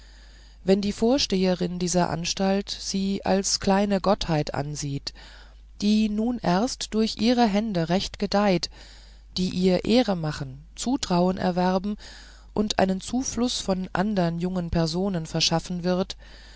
wenn die vorsteherin dieser anstalt sie als kleine gottheit ansieht die nun erst unter ihren händen recht gedeiht die ihr ehre machen zutrauen erwerben und einen zufluß von andern jungen personen verschaffen wird